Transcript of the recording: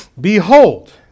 Behold